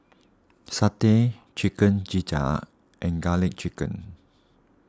Satay Chicken Gizzard and Garlic Chicken